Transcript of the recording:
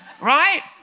Right